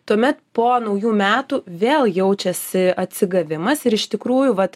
tuomet po naujų metų vėl jaučiasi atsigavimas ir iš tikrųjų vat